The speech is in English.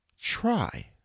try